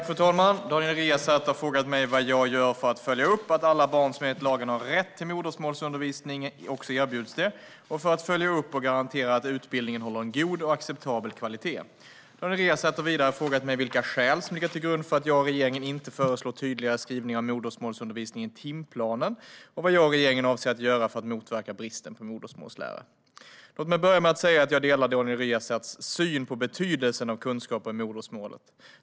Fru talman! Daniel Riazat har frågat mig vad jag gör för att följa upp att alla barn som enligt lagen har rätt till modersmålsundervisning också erbjuds det och för att följa upp och garantera att utbildningen håller en god och acceptabel kvalitet. Daniel Riazat har vidare frågat mig vilka skäl som ligger till grund för att jag och regeringen inte föreslår tydligare skrivningar om modersmålsundervisningen i timplanen, och vad jag och regeringen avser att göra för att motverka bristen på modersmålslärare. Låt mig börja med att säga att jag delar Daniel Riazats syn på betydelsen av kunskaper i modersmålet.